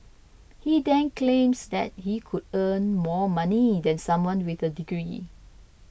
he then claims that he could earn more money than someone with a degree